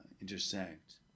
intersect